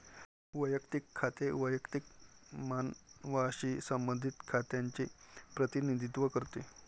वैयक्तिक खाते वैयक्तिक मानवांशी संबंधित खात्यांचे प्रतिनिधित्व करते